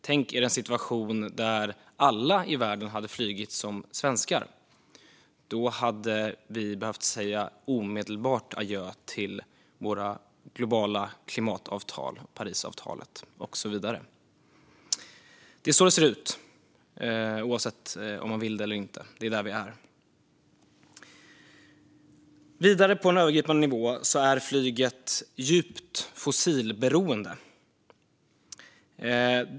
Tänk er en situation där alla i världen hade flugit som svenskar; då hade vi behövt säga ett omedelbart adjö till våra globala klimatavtal, som Parisavtalet och så vidare. Det är så det ser ut, oavsett om man vill se det eller inte. Det är där vi är. Jag går vidare på den övergripande nivån: Flyget är djupt fossilberoende.